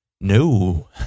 No